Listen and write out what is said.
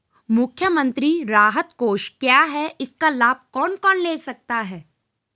मुख्यमंत्री राहत कोष क्या है इसका लाभ कौन कौन ले सकता है?